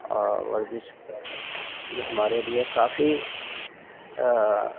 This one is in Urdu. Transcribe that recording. اور ورزش جو ہمارے لیے کافی